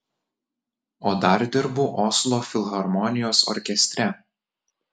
o dar dirbu oslo filharmonijos orkestre